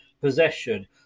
possession